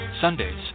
Sundays